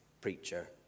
preacher